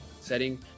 setting